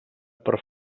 per